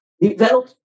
developed